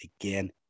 again